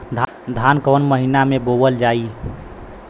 धान कवन महिना में बोवल जाई?